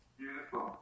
beautiful